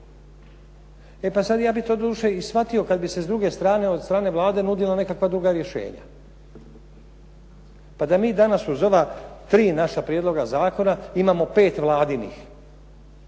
E pa sad, ja bih to doduše i shvatio kad bi se s druge strane od strane Vlade nudila nekakva druga rješenja. Pa da mi danas uz ova tri naša prijedloga zakona imamo 5 Vladinih